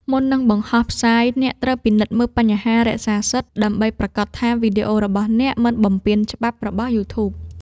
មុននឹងបង្ហោះផ្សាយ អ្នកត្រូវពិនិត្យមើលបញ្ហារក្សាសិទ្ធិ ដើម្បីប្រាកដថាវីដេអូរបស់អ្នកមិនបំពានច្បាប់របស់ យូធូប។